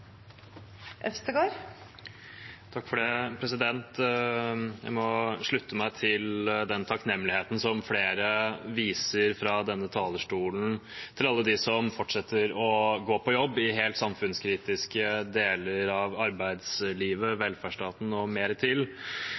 Jeg må slutte meg til den takknemligheten som flere fra denne talerstolen viser alle dem som fortsetter å gå på jobb i helt samfunnskritiske deler av arbeidslivet, velferdsstaten og mer til.